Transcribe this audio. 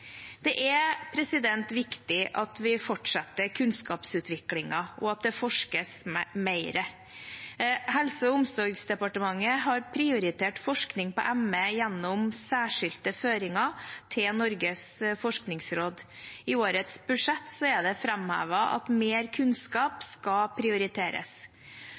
at det forskes mer. Helse- og omsorgsdepartementet har prioritert forskning på ME gjennom særskilte føringer til Norges forskningsråd. I årets budsjett er det framhevet at mer kunnskap skal prioriteres.